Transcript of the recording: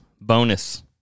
bonus